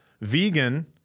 vegan